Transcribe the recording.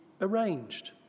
arranged